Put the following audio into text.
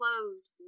closed